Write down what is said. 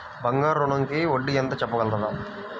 బంగారు ఋణంకి వడ్డీ ఎంతో చెప్పగలరా?